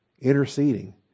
Interceding